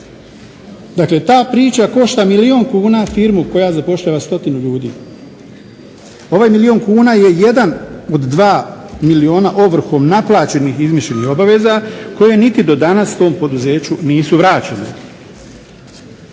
Dakle ta priča košta milijun kuna firmu koja zapošljava 100 ljudi. Ovaj milijun kuna je jedan od dva milijuna ovrhom naplaćenih izmišljenih obveza koje niti do danas tom poduzeću nisu vraćene.